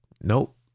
Nope